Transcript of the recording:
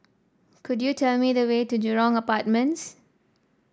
could you tell me the way to Jurong Apartments